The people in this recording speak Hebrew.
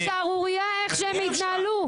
זו שערורייה איך שהם התנהלו.